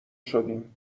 شدیم